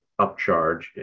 upcharge